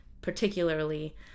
particularly